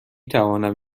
توانم